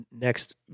next